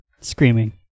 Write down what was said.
screaming